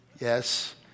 yes